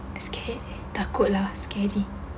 I scared takut lah scary